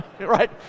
right